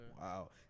Wow